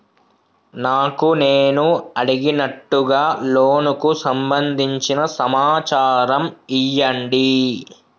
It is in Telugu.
నాకు నేను అడిగినట్టుగా లోనుకు సంబందించిన సమాచారం ఇయ్యండి?